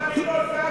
אבל היא לא זזה.